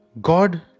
God